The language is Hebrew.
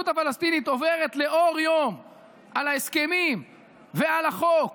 הפלסטינית עוברת לאור יום על ההסכמים ועל החוק,